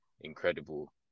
incredible